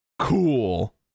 Cool